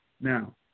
Now